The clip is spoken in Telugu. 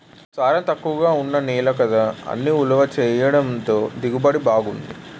సారం తక్కువగా ఉన్న నేల కదా అని ఉలవ చేనెయ్యడంతో దిగుబడి బావుంది